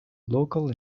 local